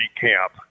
camp